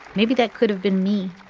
maybe that could have been me